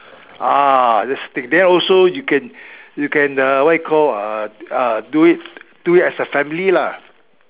ah that's the thing then also you can you can uh what you call uh do it do it as a family lah